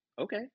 Okay